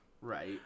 Right